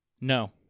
no